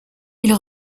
ils